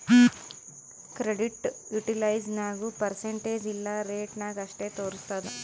credit utilised ಯಾಗ್ನೂ percentage ಇಲ್ಲಾ rate ನಾಗ್ ಅಷ್ಟೇ ತೋರುಸ್ತುದ್